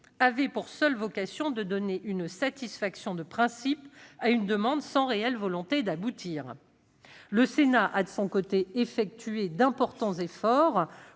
avait pour seule vocation de donner une satisfaction de principe à une demande, sans réelle volonté d'aboutir. Le Sénat a de son côté effectué d'importants efforts